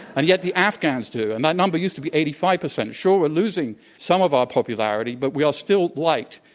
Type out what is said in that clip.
and yet the afghans do, and that number used to be eighty five percent. sure, we're losing some of our popularity, but we are still liked.